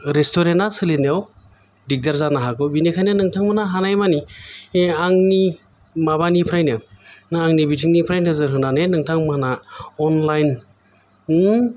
restaurant आ सोलिनायाव दिखदार जानो हागौ बिनिखायनो नोंथांमाेना हानाय मानि आंनि माबानिफ्रायनो आंनि बिथिंनिफ्राय नोजोर होनानै नोंथांमाेना अनलाइन